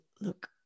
look